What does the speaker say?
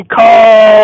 call